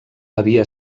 havia